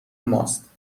ماست